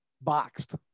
boxed